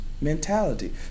mentality